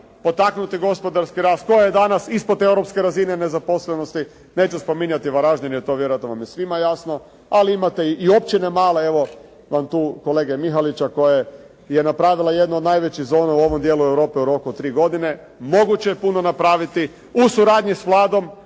potaknuti gospodarski rast koja je danas ispod europske razine nezaposlenosti. Neću spominjati Varaždin jer to vjerojatno vam je svima jasno, ali imate i općine male, evo vam tu kolege Mihalića koja je napravila jednu od najvećih zona u ovom dijelu Europe u roku od 3 godine. Moguće je puno napraviti u suradnji s Vladom,